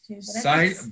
side